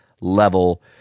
level